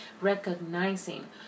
recognizing